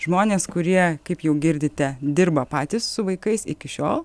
žmonės kurie kaip jau girdite dirba patys su vaikais iki šiol